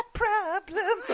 problem